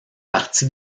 partie